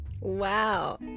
Wow